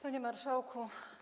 Panie Marszałku!